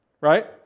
right